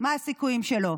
מה הסיכויים שלו.